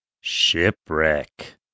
Shipwreck